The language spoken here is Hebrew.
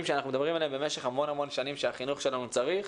שאנחנו מדברים עליהם במשך המון המון שנים שהחינוך שלנו צריך.